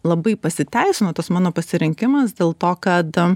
labai pasiteisino tas mano pasirinkimas dėl to kad